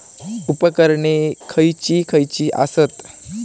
उपकरणे खैयची खैयची आसत?